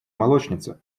молочница